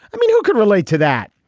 i mean, who could relate to that?